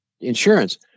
insurance